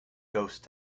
ghost